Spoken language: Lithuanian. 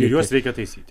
ir juos reikia taisyti